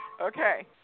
Okay